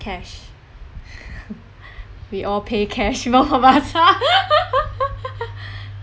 cash we all pay cash both of us